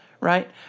right